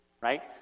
right